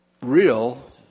real